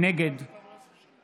נגד